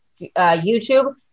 youtube